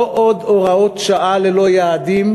לא עוד הוראות שעה ללא יעדים,